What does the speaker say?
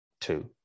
two